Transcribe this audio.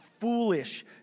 foolish